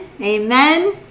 Amen